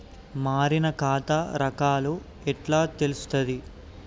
మారిన ఖాతా రకాలు ఎట్లా తెలుత్తది?